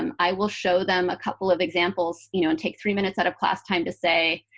um i will show them a couple of examples, you know, and take three minutes out of class time to say,